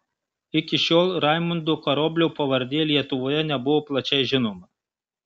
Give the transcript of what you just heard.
iki šiol raimundo karoblio pavardė lietuvoje nebuvo plačiai žinoma